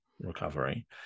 recovery